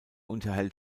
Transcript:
unterhält